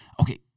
Okay